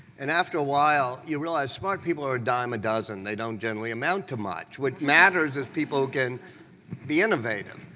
and after a while, you realize smart people are a dime a dozen. they don't generally amount to much. what matters is if people can be innovative.